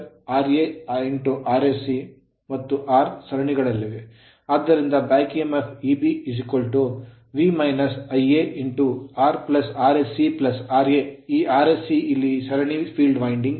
ಆದ್ದರಿಂದ back emf Eb V Ia R Rse ra ಈ Rse ಇಲ್ಲಿ ಸರಣಿ field winding field winding resistance ಪ್ರತಿರೋಧವಾಗಿದೆ